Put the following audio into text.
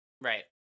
right